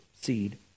seed